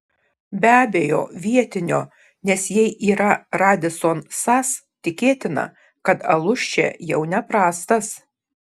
be abejo vietinio nes jei yra radisson sas tikėtina kad alus čia jau neprastas